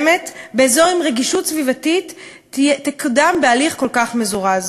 האזור צמוד למתחם ישן של תע"ש,